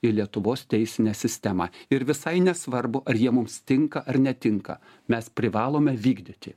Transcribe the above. į lietuvos teisinę sistemą ir visai nesvarbu ar jie mums tinka ar netinka mes privalome vykdyti